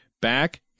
back